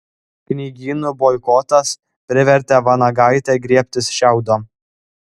knygynų boikotas privertė vanagaitę griebtis šiaudo